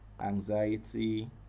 anxiety